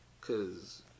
cause